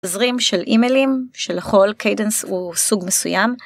תזרים של אימיילים שלכל קיידנס הוא סוג מסוים.